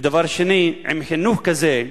ודבר שני, עם חינוך כזה,